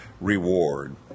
reward